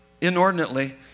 inordinately